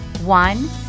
one